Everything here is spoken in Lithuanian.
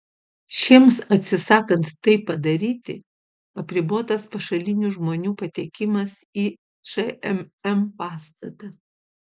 šiems atsisakant tai padaryti apribotas pašalinių žmonių patekimas į šmm pastatą